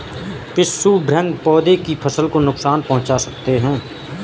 पिस्सू भृंग पौधे की फसल को नुकसान पहुंचा सकते हैं